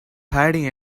hiding